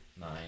nine